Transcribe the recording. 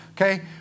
okay